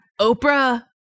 Oprah